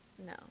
No